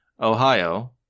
Ohio